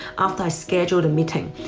after i schedule the meeting.